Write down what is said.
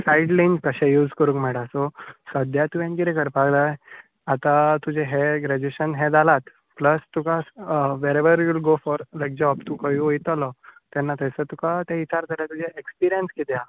side link कशे use करूंक मेळटा सो सद्याक तुवें कितें करपाक जाय आतां तुजें हें ग्रेज्युएशन हें जालांच प्लस तुका wherever you'll go for like job तूं खंय वयतलो तेन्ना थंयसर तुका ते विचारतले तुजें एक्सपिरियंस कितें आसा